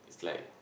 it's like